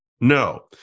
No